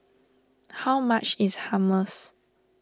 how much is Hummus